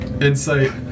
Insight